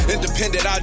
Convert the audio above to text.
Independent